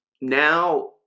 now